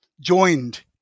joined